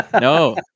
no